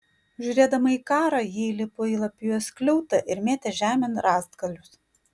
žiūrėdama į karą ji įlipo į lapijos skliautą ir mėtė žemėn rąstgalius